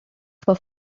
for